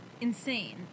insane